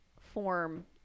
form